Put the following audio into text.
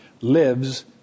lives